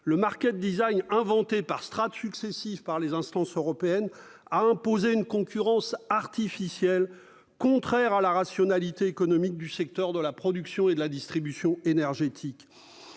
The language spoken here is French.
du marché- -inventée par strates successives par les instances européennes a imposé une concurrence artificielle contraire à la rationalité économique du secteur de la production et de la distribution de l'énergie.